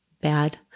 bad